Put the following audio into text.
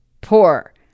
poor